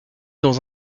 dans